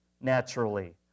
naturally